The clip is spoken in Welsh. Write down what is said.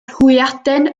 hwyaden